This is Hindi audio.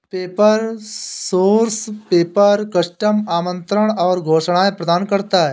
पेपर सोर्स पेपर, कस्टम आमंत्रण और घोषणाएं प्रदान करता है